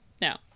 no